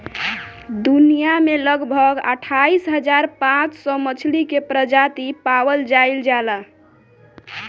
दुनिया में लगभग अठाईस हज़ार पांच सौ मछली के प्रजाति पावल जाइल जाला